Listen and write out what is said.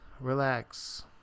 Relax